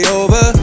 over